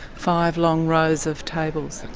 five long rows of tables?